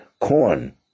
corn